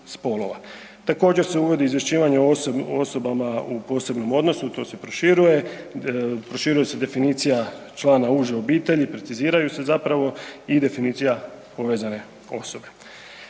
Također se uvodi i izvješćivanje o osobama u posebnom odnosu, to se proširuje, proširuje se definicija člana uže obitelji, preciziraju se zapravo i definicija povezane osobe.